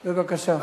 בבקשה.